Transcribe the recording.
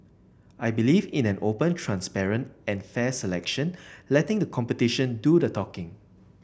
I believe in an open transparent and fair selection letting the competition do the talking